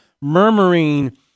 murmuring